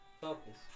Focus